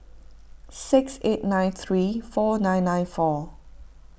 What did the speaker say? six eight nine three four nine nine four